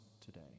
today